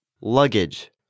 Luggage